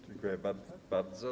Dziękuję bardzo.